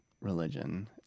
religion